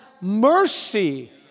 mercy